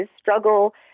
struggle